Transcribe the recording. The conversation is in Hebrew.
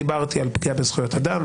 דיברתי על פגיעה בזכויות אדם,